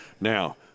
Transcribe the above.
Now